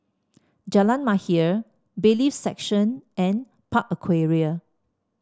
Jalan Mahir Bailiffs' Section and Park Aquaria